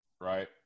Right